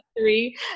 three